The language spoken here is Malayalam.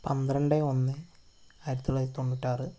പന്ത്രണ്ട് ഒന്ന് ആയിരത്തിത്തൊള്ളായിരത്തി തൊണ്ണൂറ്റിയാ റ്